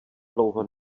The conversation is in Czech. dlouho